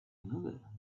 another